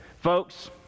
Folks